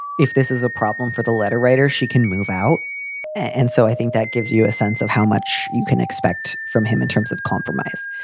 if this is a problem for the letter writer, she can move out and so i think that gives you a sense of how much you can expect from him in terms of compromise.